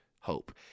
hope